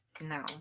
no